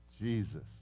Jesus